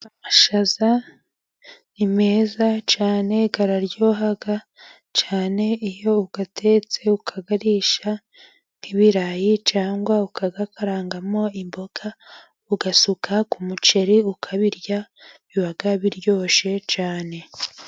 Amashyaza ni meza cyane, araryoha cyane, iyo uyatetse ukayarisha nk'ibirayi cyangwa ukayakaramo imboga ugasuka ku muceri ukabirya biba biryoshye cyane.